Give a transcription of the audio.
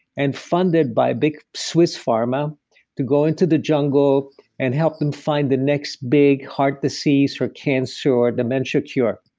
and funded by big swiss pharma to go into the jungle and help them find the next big heart disease or cancer or dementia cure.